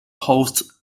host